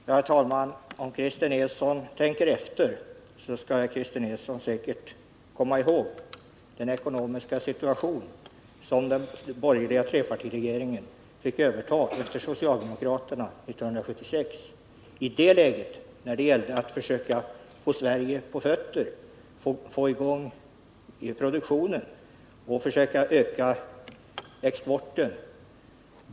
Herr talman! Om Christer Nilsson tänker efter, skall han nog komma ihåg den ekonomiska situation som den borgerliga trepartiregeringen fick överta efter socialdemokraterna 1976. I det läget gällde det att få Sverige på fötter, få i gång produktionen och kunna öka exporten.